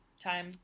time